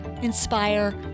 inspire